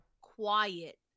quiet